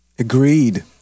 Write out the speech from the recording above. Agreed